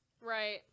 right